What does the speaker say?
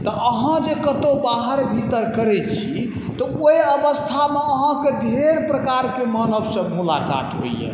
तऽ अहाँ जे कतहु बाहर भीतर करै छी तऽ ओहि अवस्थामे अहाँके ढेर प्रकारके मानवसँ मुलाकात होइए